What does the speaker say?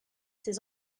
ses